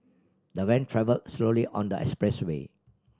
the van travelled slowly on the expressway